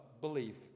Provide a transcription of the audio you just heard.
belief